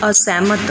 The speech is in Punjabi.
ਅਸਹਿਮਤ